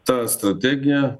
ta strategija